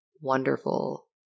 wonderful